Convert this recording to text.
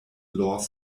law